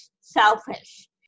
selfish